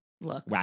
Look